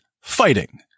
Fighting